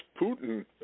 Putin